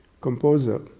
composer